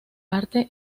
arte